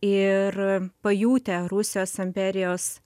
ir pajutę rusijos imperijos